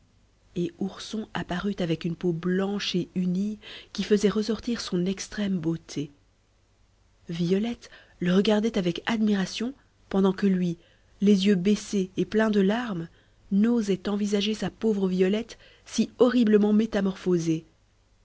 et ourson apparut avec une peau blanche et unie qui faisait ressortir son extrême beauté violette le regardait avec admiration pendant que lui les yeux baissés et pleins de larmes n'osait envisager sa pauvre violette si horriblement métamorphosée